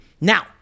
Now